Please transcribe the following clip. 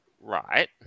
Right